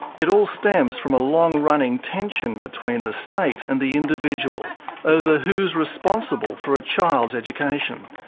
it all stems from a long-running tension between the state and the individual over who's responsible for a child's education.